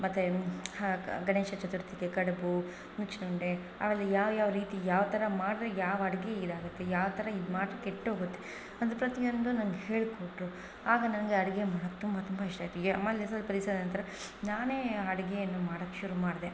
ಮತ್ತು ಹಾಕ ಗಣೇಶ ಚತುರ್ಥಿಗೆ ಕಡಬು ನುಚ್ಚಿನುಂಡೆ ಆಮೇಲೆ ಯಾವ್ಯಾವ ರೀತಿ ಯಾವಥರ ಮಾಡ್ರೆ ಯಾವ ಅಡಿಗೆ ಇದಾಗುತ್ತೆ ಯಾವಥರ ಇದು ಮಾಡಿದ್ರೆ ಕೆಟ್ಟೋಗುತ್ತೆ ಅಂದರೆ ಪ್ರತಿಯೊಂದು ನಂಗೆ ಹೇಳಿಕೊಟ್ರು ಆಗ ನನಗೆ ಅಡಿಗೆ ಮಾಡಕ್ಕೆ ತುಂಬ ತುಂಬ ಇಷ್ಟ ಆಯಿತು ಈ ಆಮೇಲೆ ಸ್ವಲ್ಪ ದಿವ್ಸ ನಂತರ ನಾನೇ ಅಡಿಗೆಯನ್ನು ಮಾಡಕ್ಕೆ ಶುರು ಮಾಡಿದೆ